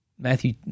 Matthew